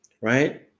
right